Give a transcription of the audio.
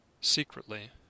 secretly